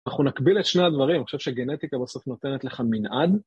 אנחנו נקביל את שני הדברים, אני חושב שגנטיקה בסוף נותנת לך מנעד